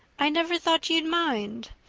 i never thought you'd mind.